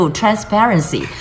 transparency